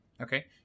Okay